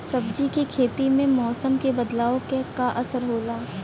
सब्जी के खेती में मौसम के बदलाव क का असर होला?